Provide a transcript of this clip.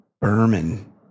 Berman